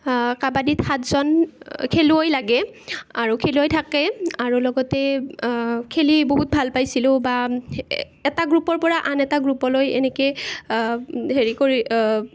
কাবাডীত সাতজন খেলুৱৈ লাগে আৰু খেলুৱৈ থাকে আৰু লগতে খেলি বহুত ভাল পাইছিলোঁ বা এটা গ্ৰুপৰ পৰা আন এটা গ্ৰুপলৈ এনেকৈ হেৰি কৰি